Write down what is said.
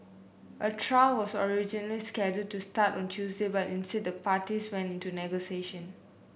a trial was originally scheduled to start on Tuesday but instead the parties went into negotiation